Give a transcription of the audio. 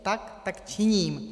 Tak tak činím.